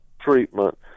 treatment